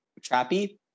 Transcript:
trappy